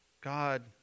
God